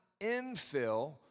infill